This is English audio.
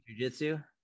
jujitsu